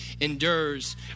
endures